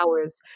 hours